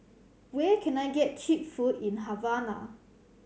where can I get cheap food in Havana